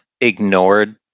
ignored